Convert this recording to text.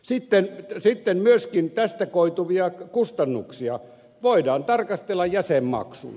sitten myöskin tästä koituvia kustannuksia voidaan tarkastella jäsenmaksuna